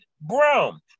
Brown